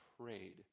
prayed